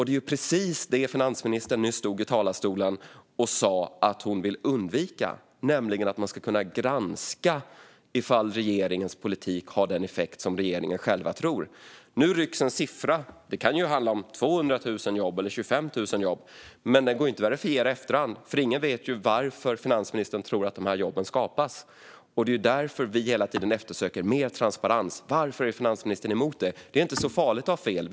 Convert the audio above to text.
Det är precis det som finansministern nyss stod i talarstolen och sa att hon vill undvika, nämligen att man ska kunna granska ifall regeringens politik har den effekt som regeringen själv tror. Nu rycks en siffra ut - det kan handla om 200 000 jobb eller 25 000 jobb - men den går inte att verifiera i efterhand, eftersom ingen vet varför finansministern tror att dessa jobb skapas. Det är därför som vi hela tiden eftersöker mer transparens. Varför är finansministern emot det? Det är inte så farligt att ha fel.